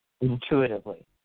intuitively